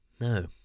no